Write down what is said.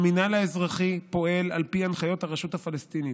המינהל האזרחי פועל על פי הנחיות הרשות הפלסטינית.